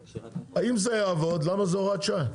אם זה יעבוד ,למה זו הוראת שעה?